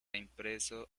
impreso